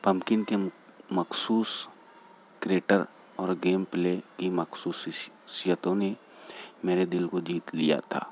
pumpkin کے مخصوص creator اور گیم پلے کی مخصوصیتوں نے میرے دل کو جیت لیا تھا